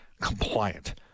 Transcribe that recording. compliant